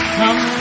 come